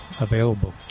Available